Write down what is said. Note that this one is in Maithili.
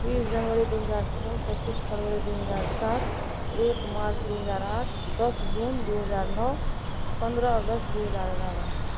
बीस जनवरी दुइ हजार छओ पचीस फरवरी दुइ हजार सात एक मार्च दुइ हजार आठ दस जून दुइ हजार नओ पनरह अगस्त दुइ हजार एगारह